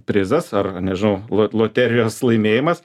prizas ar nežinau loterijos laimėjimas